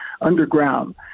underground